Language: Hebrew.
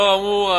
לאור האמור,